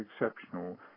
exceptional